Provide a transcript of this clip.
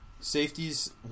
safeties